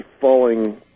falling